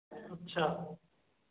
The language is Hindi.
अच्छा